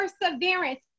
perseverance